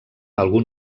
algun